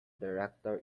director